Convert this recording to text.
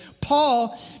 Paul